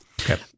Okay